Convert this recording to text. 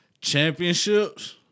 Championships